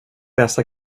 bästa